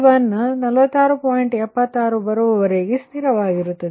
76 ಕ್ಕೆ ಬರುವವರೆಗೆ ಸ್ಥಿರವಾಗಿರುತ್ತದೆ